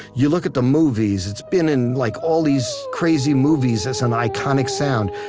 you look at the movies, it's been in like all these crazy movies as an iconic sound.